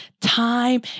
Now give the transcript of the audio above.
time